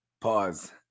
Pause